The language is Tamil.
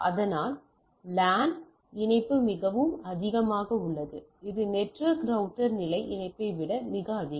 அதனால் லேன் இணைப்பு மிக அதிகமாக உள்ளது இது நெட்வொர்க் ரௌட்டர் நிலை இணைப்பை விட மிக அதிகம்